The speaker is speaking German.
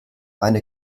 eine